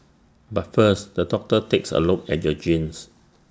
but first the doctor takes A look at your genes